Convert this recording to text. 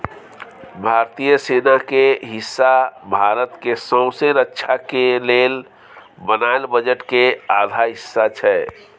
भारतीय सेना के हिस्सा भारत के सौँसे रक्षा के लेल बनायल बजट के आधा हिस्सा छै